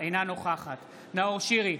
אינה נוכחת נאור שירי,